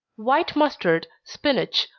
white mustard, spinach,